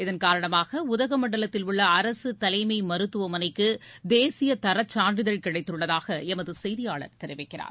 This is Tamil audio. இதன் காரணமாக உதகமண்டலத்தில் உள்ள அரசு தலைமை மருத்துவமனைக்கு தேசிய தரச்சான்றிதழ் கிடைத்துள்ளதாக எமது செய்தியாளர் தெரிவிக்கிறார்